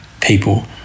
people